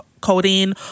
codeine